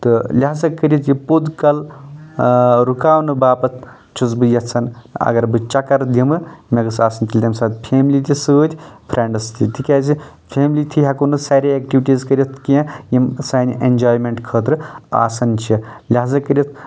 تہٕ لِہذا کٔرِتھ یہِ پوٚت کل رُکاؤنہٕ باپَتھ چھُس بہٕ یژھان اَگر بہٕ چکر دِمہٕ مےٚ گژھ اَمہِ ساتہٕ آسٕنۍ فیملی تہِ سۭتۍ فریٚنٛڈس تہِ تِکیازِ فیملی تھی ہٮ۪کو نہٕ ساریے ایکٹیٚوٹیٖز کٔرِتھ کیٚنٛہہ یِم سانہِ ایٚنجایمیٚنٛٹ خٲطرٕ آسان چھِ لہذا کٔرِتھ